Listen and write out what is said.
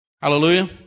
Hallelujah